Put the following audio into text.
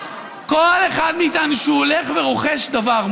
כל אחד מאיתנו שהולך ורוכש דבר,